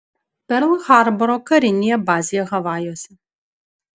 perl harboro karinėje bazėje havajuose